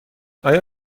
آیا